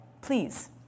please